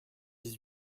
dix